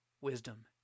wisdom